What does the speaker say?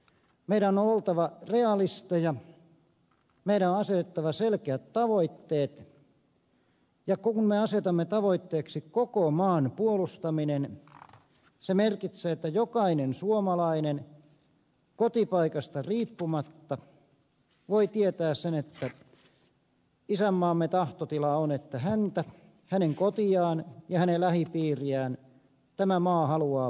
meidän on oltava realisteja meidän on asetettava selkeät tavoitteet ja kun me asetamme tavoitteeksi koko maan puolustamisen se merkitsee että jokainen suomalainen kotipaikasta riippumatta voi tietää sen että isänmaamme tahtotila on että häntä hänen kotiaan ja hänen lähipiiriään tämä maa haluaa puolustaa